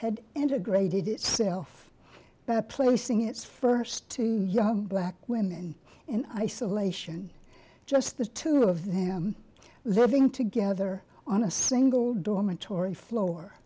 had integrated itself by placing its first two young black women in isolation just the two of them living together on a single dormitory floor